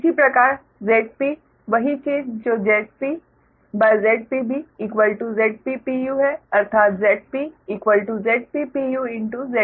इसी प्रकार Zp वही चीज जो Zp ZpB Zp है अर्थात Zp Zp ZpB